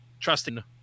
trusting